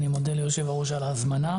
אני מודה ליושב הראש על ההזמנה.